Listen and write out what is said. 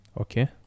Okay